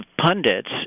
pundits